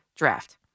draft